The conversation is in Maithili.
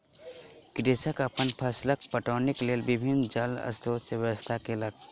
कृषक अपन फसीलक पटौनीक लेल विभिन्न जल स्रोत के व्यवस्था केलक